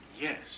Yes